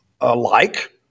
alike